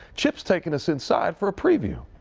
chip is taking us inside for a preview.